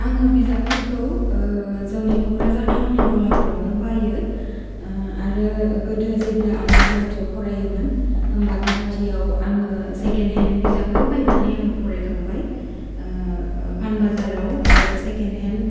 आंङो बिजाबफोरखौ जोंनि क'कराझार थावननि गला फोरावनो बायो आरो गोदो जेब्ला आंङो गुवाहाटिआव फरायोमोन होनबा गुवाहाटिआव आंङो सेकेन्ड हेन्ड बिजाबबो बायनानै आंङो फरायखांबाय पानबाजाराव सेकेन्ड हेन्ड